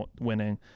winning